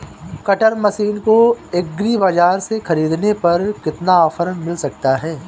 Cutter machine को agri बाजार से ख़रीदने पर कितना ऑफर मिल सकता है?